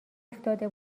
افتاده